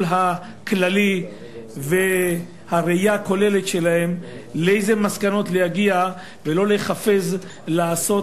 הכללי והראייה הכוללת לאיזה מסקנות להגיע ולא להיחפז ולעשות